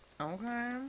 Okay